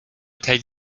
take